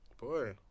Boy